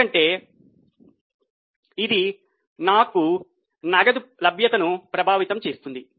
ఎందుకంటే ఇది నాకు నగదు లభ్యతను ప్రభావితం చేస్తుంది